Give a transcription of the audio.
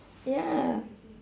ya